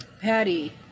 Patty